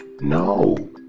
No